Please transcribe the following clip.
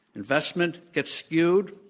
investment gets skewed,